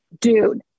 dude